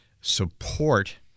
support